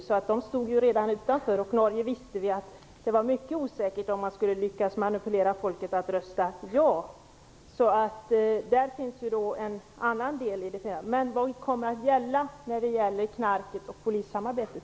Island stod alltså utanför. Och vi visste ju att det var mycket osäkert om man skulle kunna manipulera det norska folket till att rösta ja. Vad kommer att gälla i fråga om knarket och polissamarbetet?